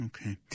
Okay